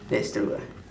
that's true ah